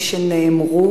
הפעלת צו הגבלה),